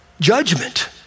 judgment